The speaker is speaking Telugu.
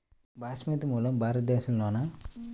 బాస్మతి మూలం భారతదేశంలోనా?